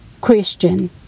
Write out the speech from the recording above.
Christian